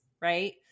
right